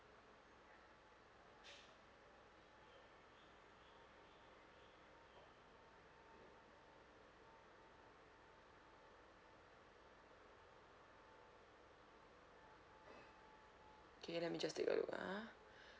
k let me just take a look ah